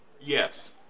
Yes